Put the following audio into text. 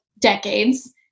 Decades